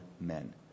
men